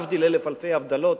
להבדיל אלף אלפי הבדלות,